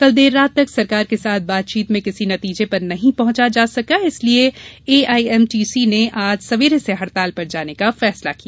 कल देर रात तक सरकार के साथ बातचीत में किसी नतीजे पर नहीं पहुंचा जा सका इसलिए एआईएमटीसी ने आज सवेरे से हड़ताल पर जाने का फैसला किया